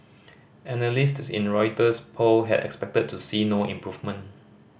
analysts in a Reuters poll had expected to see no improvement